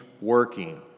working